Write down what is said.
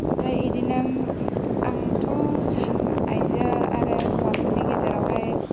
ओमफ्राय इदिनो आंथ' सानना आइजो आरो हौवाफोरनि गेजेरावहाय